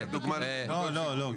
לא.